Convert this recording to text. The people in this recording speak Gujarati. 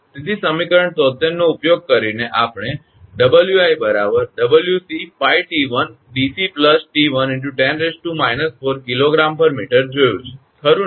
તેથી સમીકરણ 73 નો ઉપયોગ કરીને આપણે 𝑊𝑖 𝑊𝑐𝜋𝑡1 𝑑𝑐 𝑡1 × 10−4 𝐾𝑔 𝑚 જોયું છે ખરુ ને